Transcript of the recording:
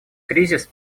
кризис